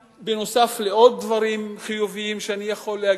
בנוסף לעוד דברים חיוביים שאני יכול להגיד,